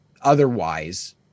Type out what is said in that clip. otherwise